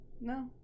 No